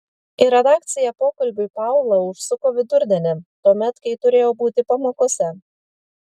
į redakciją pokalbiui paula užsuko vidurdienį tuomet kai turėjo būti pamokose